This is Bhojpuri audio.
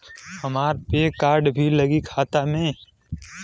हमार पेन कार्ड भी लगी खाता में?